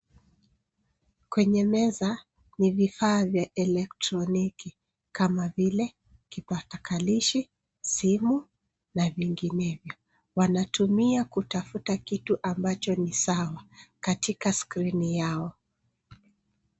Kwenye meza, ni vifaa vya kielektroniki kama vile kipakatalishi, simu, na vinginevyo. Wanatumia kutafuta kitu ambacho ni sawa katika skrini yao.